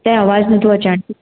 ते आवाज़ु नथो अचे अंटी